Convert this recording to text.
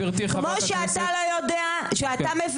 כמו שאתה מבין,